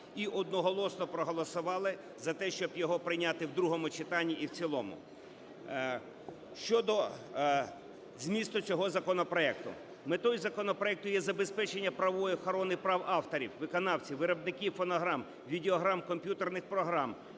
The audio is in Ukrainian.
і одноголосно проголосували за те, щоб його прийняти в другому читанні і в цілому. Щодо змісту цього законопроекту. Метою законопроекту є забезпечення правової охорони прав авторів, виконавців, виробників фонограм, відеограм, комп'ютерних програм,